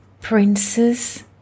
princes